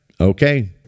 okay